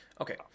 Okay